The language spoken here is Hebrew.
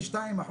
7%,